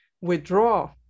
withdraw